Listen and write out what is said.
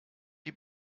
die